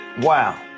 Wow